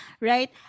right